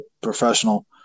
professional